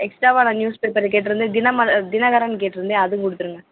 எக்ஸ்ட்ராவா நான் news paper கேட்டிருந்தேன் தினமலர் தினகரன் கேட்டிருந்தேன் அதுவும் கொடுத்துருங்க